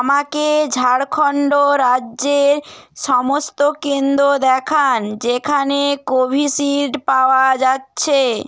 আমাকে ঝাড়খন্ড রাজ্যে সমস্ত কেন্দ্র দেখান যেখানে কোভিশিল্ড পাওয়া যাচ্ছে